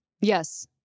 Yes